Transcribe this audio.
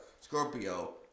Scorpio